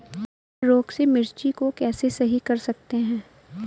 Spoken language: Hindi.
पीहर रोग से मिर्ची को कैसे सही कर सकते हैं?